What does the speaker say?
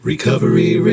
Recovery